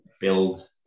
build